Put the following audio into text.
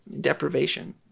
deprivation